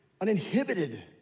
uninhibited